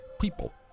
people